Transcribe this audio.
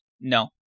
No